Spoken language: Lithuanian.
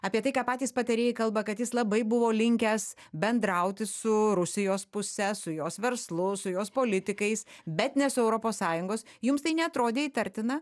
apie tai ką patys patarėjai kalba kad jis labai buvo linkęs bendrauti su rusijos puse su jos verslu su jos politikais bet ne su europos sąjungos jums tai neatrodė įtartina